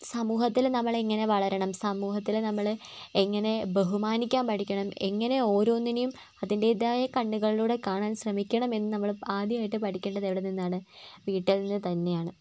സമൂഹത്തിൽ നമ്മളെങ്ങനെ വളരണം സമൂഹത്തിൽ നമ്മൾ എങ്ങനെ ബഹുമാനിക്കാൻ പഠിക്കണം എങ്ങനെ ഓരോന്നിനെയും അതിൻ്റെതായ കണ്ണുകളിലൂടെ കാണാൻ ശ്രമിക്കണമെന്ന് നമ്മൾ ആദ്യമായിട്ട് പഠിക്കേണ്ടത് എവിടെ നിന്നാണ് വീട്ടിൽ നിന്ന് തന്നെയാണ്